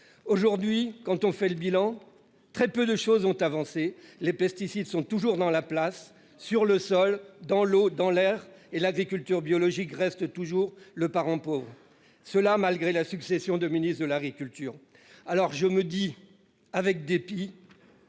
Aujourd'hui, quand on fait le bilan, très peu de choses ont avancé. Les pesticides sont toujours dans la place, sur le sol, dans l'eau et dans l'air. L'agriculture biologique reste un parent pauvre, et cela malgré la succession des ministres de l'agriculture. Je me dis avec dépit